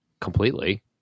Completely